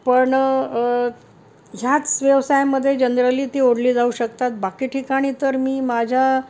पण ह्याच व्यवसायामधे जनरली ती ओढली जाऊ शकतात बाकी ठिकाणी तर मी माझ्या